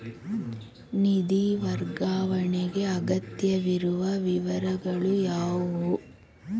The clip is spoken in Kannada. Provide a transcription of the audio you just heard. ನಿಧಿ ವರ್ಗಾವಣೆಗೆ ಅಗತ್ಯವಿರುವ ವಿವರಗಳು ಯಾವುವು?